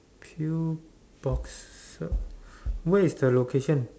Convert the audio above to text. peel boxes where is the location